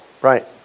right